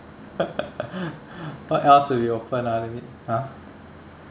what else will be open ah let me !huh!